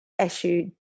issue